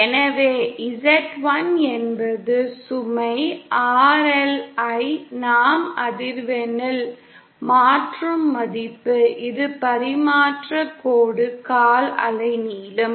எனவே Z 1 என்பது சுமை RL ஐ நாம் அதிர்வெண்ணில் மாற்றும் மதிப்பு இது பரிமாற்றக் கோடு கால் அலைநீளம்